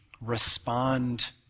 respond